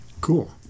Cool